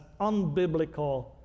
unbiblical